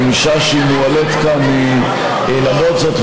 ומשעה שהיא מועלית כאן למרות זאת,